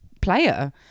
player